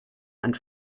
and